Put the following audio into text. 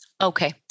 Okay